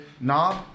knob